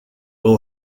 will